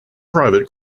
private